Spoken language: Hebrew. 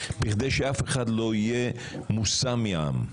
כדי שאף אחד לא יהיה מורם מעם,